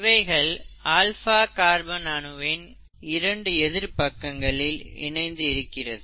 இவைகள் alpha carbon அணுவின் இரண்டு எதிர் பக்கங்களில் இணைந்து இருக்கிறது